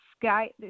sky